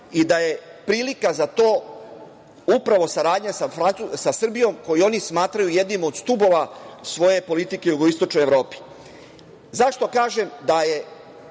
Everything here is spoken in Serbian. i da je prilika za to upravo saradnja sa Srbijom koju oni smatraju jednim od stubova svoje politike u Jugoistočnoj Evropi.Zašto kažem da je